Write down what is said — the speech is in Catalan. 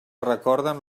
recorden